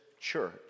church